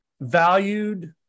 valued